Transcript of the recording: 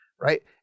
right